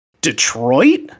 detroit